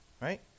right